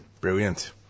brilliant